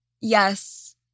Yes